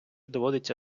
доводиться